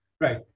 Right